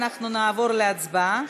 אנחנו נעבור להצבעה,